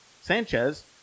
Sanchez